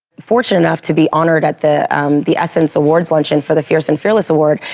fortunate enough to be honored at the the essence awards luncheon for the fierce and fearless award.